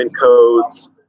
codes